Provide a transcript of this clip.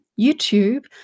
YouTube